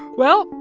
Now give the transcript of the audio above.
well,